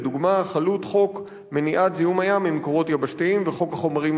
לדוגמה חלות חוק מניעת זיהום הים ממקורות יבשתיים וחוק החומרים